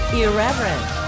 Irreverent